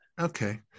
Okay